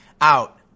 out